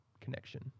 connection